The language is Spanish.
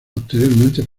posteriormente